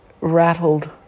rattled